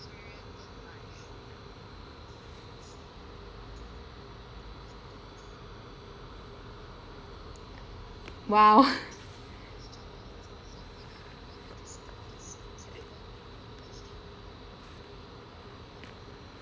!wow!